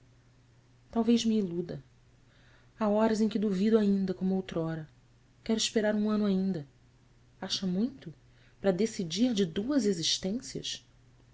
talvez me iluda há horas em que duvido ainda como outrora quero esperar um ano ainda acha muito para decidir de duas existências